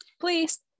Please